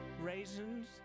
raisins